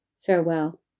Farewell